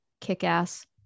kick-ass